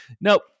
Nope